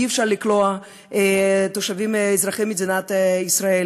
אי-אפשר לכלוא תושבים אזרחי מדינת ישראל,